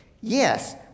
Yes